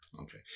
Okay